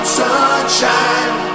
sunshine